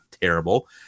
terrible